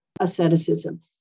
asceticism